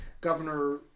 governor